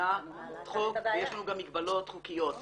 במדינת חוק ויש לנו גם מגבלות חוקיות.